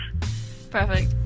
Perfect